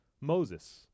Moses